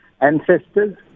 ancestors